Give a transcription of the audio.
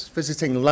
visiting